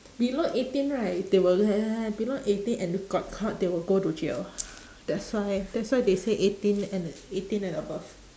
below eighteen right they will let below eighteen and you got caught they will go to jail that's why that's why they say eighteen and eighteen and above